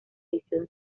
edición